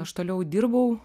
aš toliau dirbau